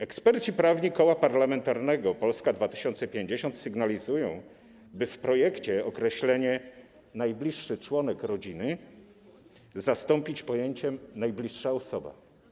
Eksperci prawni Koła Parlamentarnego Polska 2050 sygnalizują, by w projekcie określenie „najbliższy członek rodziny” zastąpić pojęciem „najbliższa osoba”